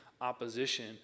opposition